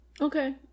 Okay